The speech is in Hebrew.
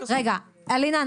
רגע אלינה,